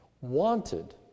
wanted